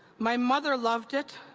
my mother loved it.